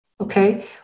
okay